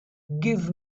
give